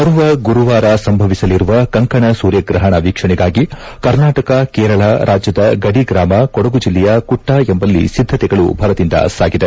ಬರುವ ಗುರುವಾರ ಸಂಭವಿಸಲಿರುವ ಕಂಕಣ ಸೂರ್ಯಗ್ರಹಣ ವೀಕ್ಷಣೆಗಾಗಿ ಕರ್ನಾಟಕ ಕೇರಳ ರಾಜ್ಯದ ಗಡಿ ಗ್ರಾಮ ಕೊಡಗು ಜಿಲ್ಲೆಯ ಕುಟ್ನ ಎಂಬಲ್ಲಿ ಸಿದ್ಗತೆಗಳು ಭರದಿಂದ ಸಾಗಿದೆ